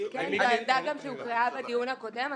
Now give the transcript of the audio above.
עמדה שהוקראה גם בדיון הקודם.